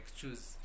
choose